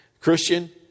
Christian